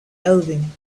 eleven